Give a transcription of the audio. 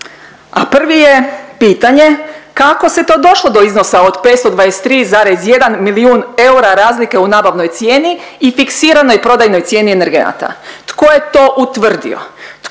a prvi je pitanje kako se to došlo do iznosa od 523,1 milijun eura razlike u nabavnoj cijeni i fiksiranoj prodajnoj cijeni energenata. Tko je to utvrdio?